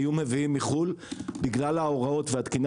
היו מביאים מחו"ל בגלל הוראות והתקינה